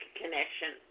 connection